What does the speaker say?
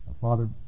Father